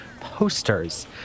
posters